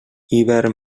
hivern